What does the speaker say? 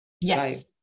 yes